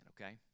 okay